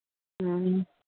ᱦᱮᱸ